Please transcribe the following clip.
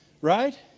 Right